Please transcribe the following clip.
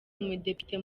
umudepite